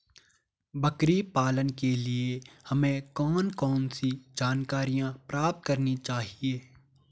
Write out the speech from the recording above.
बकरी पालन के लिए हमें कौन कौन सी जानकारियां प्राप्त करनी चाहिए?